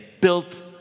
built